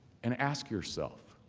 and ask yourself.